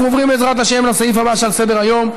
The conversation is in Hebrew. אנחנו עוברים, בעזרת השם, לסעיף הבא שעל סדר-היום: